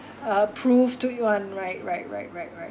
approved one right right right right right